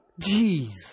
Jeez